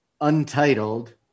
Untitled